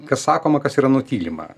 kas sakoma kas yra nutylima